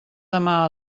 demà